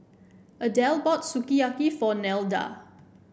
Adell bought Sukiyaki for Nelda